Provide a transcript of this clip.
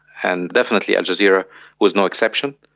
and definitely al jazeera was no exception.